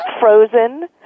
Frozen